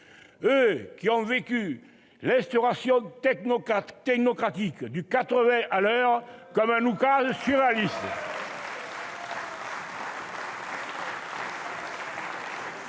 Eux qui ont vécu l'instauration technocratique du 80 kilomètres à l'heure comme un oukase surréaliste.